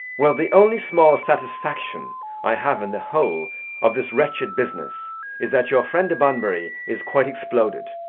well, the only small satisfaction i have in the whole of this wretched business is that your friend bunbury is quite exploded.